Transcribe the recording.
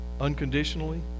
unconditionally